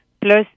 Plus